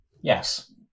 Yes